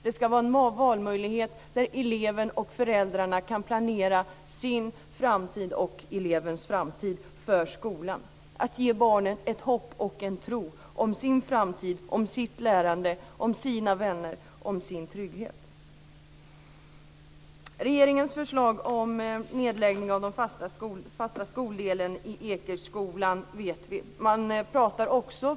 Det ska finnas en valmöjlighet för elever och föräldrar att planera sin framtid och för skolan. Det handlar om att ge barnet ett hopp och en tro om dess framtid, lärande, vänner och trygghet. Regeringens förslag om nedläggning av den fasta skoldelen i Ekeskolan känner vi till.